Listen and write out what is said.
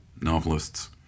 novelists